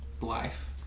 life